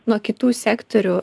nuo kitų sektorių